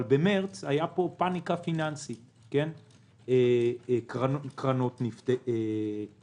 אבל במרץ הייתה פה פניקה פיננסית: קרנות נפדו,